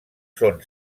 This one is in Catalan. són